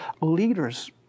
leaders